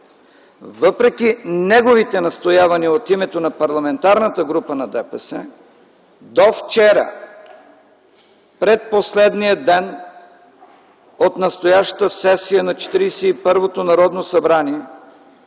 Въпреки неговите настоявания от името на Парламентарната група на ДПС, до вчера – предпоследният ден от настоящата сесия на 41-то Народно събрание,